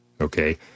Okay